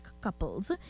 couples